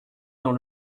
dans